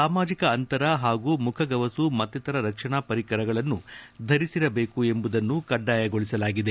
ಸಾಮಾಜಿಕ ಅಂತರ ಹಾಗೂ ಮುಖಗವಸು ಮತ್ತಿತರ ರಕ್ಷಣಾ ಪರಿಕರಗಳನ್ನು ಧರಿಸಿರಬೇಕು ಎಂಬುದನ್ನು ಕಡ್ಡಾಯಗೊಳಿಸಲಾಗಿದೆ